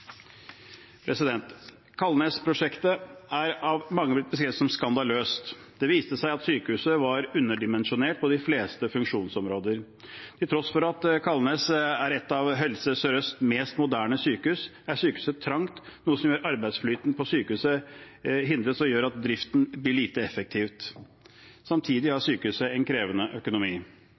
er av mange blitt beskrevet som skandaløst. Det viste seg at sykehuset var underdimensjonert på de fleste funksjonsområder. Til tross for at Kalnes er et av Helse Sør-Østs mest moderne sykehus, er sykehuset trangt, noe som gjør at arbeidsflyten på sykehuset hindres og driften blir lite effektiv. Samtidig har sykehuset en krevende økonomi.